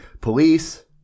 police